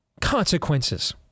consequences